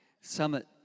Summit